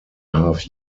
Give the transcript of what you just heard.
half